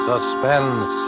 Suspense